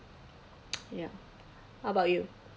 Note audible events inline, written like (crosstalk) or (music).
(noise) ya how about you